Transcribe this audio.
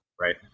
right